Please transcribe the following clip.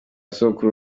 sogokuru